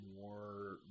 more